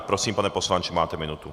Prosím, pane poslanče, máte minutu.